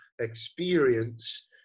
experience